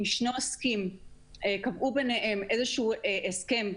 אם שני עוסקים קבעו ביניהם איזשהו הסכם,